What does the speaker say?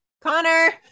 connor